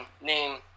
name